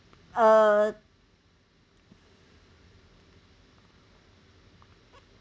uh